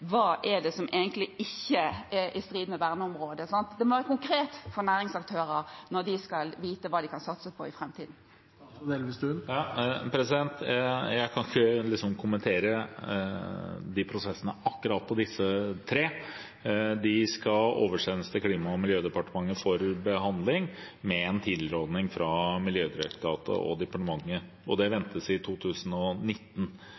hva som ikke er i strid med verneområdet. Det må være konkret for næringsaktører for å vite hva de kan satse på i framtiden. Jeg kan ikke kommentere akkurat de tre prosessene. De skal oversendes til Klima- og miljødepartementet for behandling med en tilråding fra Miljødirektoratet og departementet. Det er ventet i 2019. Vi har allerede ti av disse verneområdene liggende i departementet, og